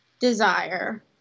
desire